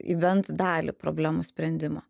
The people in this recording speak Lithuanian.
į bent dalį problemų sprendimo